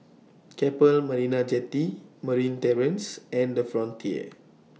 Keppel Marina Jetty Marine Terrace and The Frontier